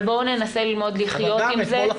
אבל בואו ננסה ללמוד לחיות עם זה ולא לשתק את המשק.